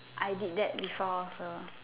I did that before also